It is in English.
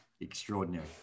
Extraordinary